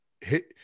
hit